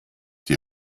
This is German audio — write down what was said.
die